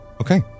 Okay